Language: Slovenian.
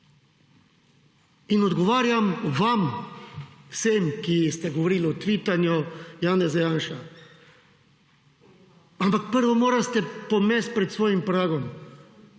In odgovarjam vam, vsem, ki ste govoril o tvitanju Janeza Janše. Ampak prvo morate pomesti pred svojim pragom,